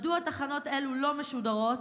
מדוע תחנות אלו לא משודרות,